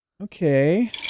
Okay